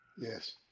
Yes